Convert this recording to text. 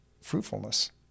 fruitfulness